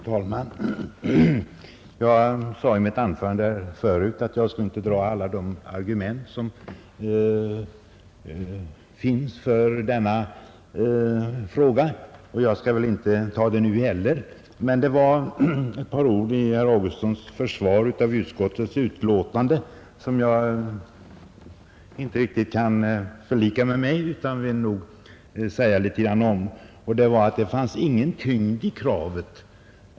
Fru talman! Jag sade i mitt tidigare anförande att jag inte skulle dra alla de argument som finns för vårt förslag, och jag skall väl inte göra det nu heller. Men det var ett par ord i herr Augustssons försvar av utskottets betänkande som jag inte riktigt kunde förlika mig med, nämligen att det inte ligger någon tyngd i kravet.